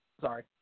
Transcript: Sorry